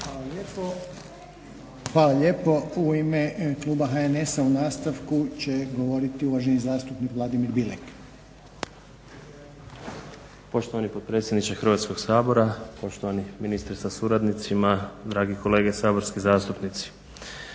Hvala lijepo. U ime kluba HNS-a u nastavku će govoriti uvaženi zastupnik Vladimir Bilek. **Bilek, Vladimir (HNS)** Poštovani potpredsjedniče Hrvatskog sabora, poštovani ministre sa suradnicima, dragi kolege saborski zastupnici.